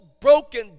broken